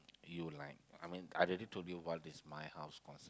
you like I mean I already told you what is my house concept